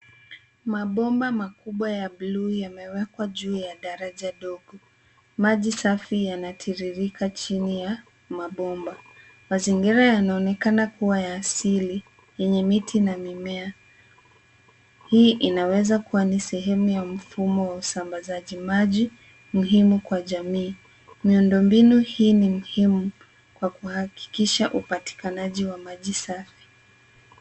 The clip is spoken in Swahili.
Mabomba makubwa ya bluu yamewekwa juu ya daraja dogo. Maji safi yanatiririka chini ya mabomba. Mazingira yanaonekana kuwa ya asili yenye miti na mimea. Hii inaweza kuwa ni sehemu ya mfumo wa usambazaji maji muhimu kwa jamii. Miundo mbinu hii ni muhimu, kwa kuhakikisha upatikanaji wa maji safi.